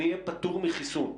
אני אהיה פטור מחיסון.